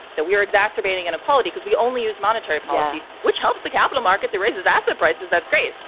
that we were exacerbating inequality because we only use monetary policy, which helps the capital markets. it raises asset prices. that's great.